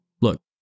Look